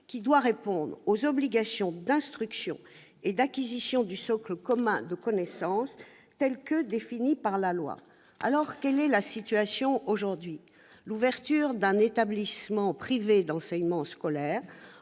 qui doit répondre aux obligations d'instruction et d'acquisition du socle commun de connaissances, tel que défini par la loi. Quelle est la situation aujourd'hui ? L'ouverture d'un établissement privé d'enseignement scolaire